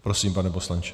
Prosím, pane poslanče.